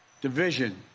division